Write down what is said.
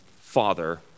father